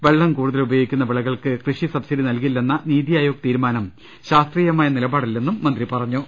വെള്ളം കൂടുതൽ ഉപയോഗിക്കുന്ന വിളകൾക്ക് കൃഷി സബ്സിഡി നൽകില്ലെന്ന നിതി ആയോഗ് തീരുമാനം ശാസ്ത്രീയമായ നില പാടല്ലെന്നും മന്ത്രി പറഞ്ഞു